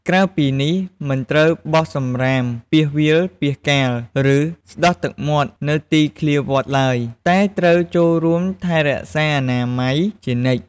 ក្រៅពីនេះមិនត្រូវបោះសំរាមពាសវាលពាសកាល ឬស្តោះទឹកមាត់នៅទីធ្លាវត្តឡើយ តែត្រូវចូលរួមថែរក្សាអនាម័យជានិច្ច។